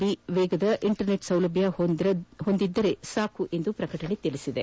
B ವೇಗದ internet ಸೌಲಭ್ಞ ಹೊಂದಿದರೆ ಸಾಕೆಂದು ಪ್ರಕಟಣೆ ತಿಳಿಸಿದೆ